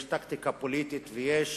יש טקטיקה פוליטית, ויש